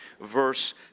verse